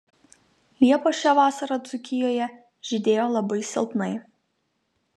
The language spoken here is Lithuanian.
liepos šią vasarą dzūkijoje žydėjo labai silpnai